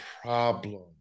problem